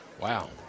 Wow